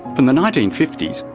in the nineteen fifty s,